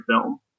film